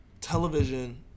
television